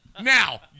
Now